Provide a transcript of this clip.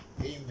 amen